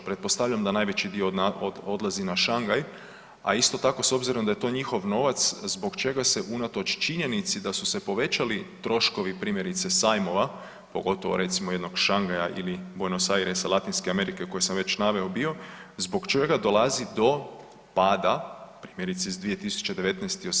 Pretpostavljam da najveći dio odlazi na Shanghai, a isto tako s obzirom da je to njihov novac zbog čega se unatoč činjenici da su se povećali troškovi primjerice sajmova pogotovo recimo jednog Shanghaia ili Buenos Airesa, Latinske Amerike koje sam već naveo bio, zbog čega dolazi do pada primjerice iz 2019. u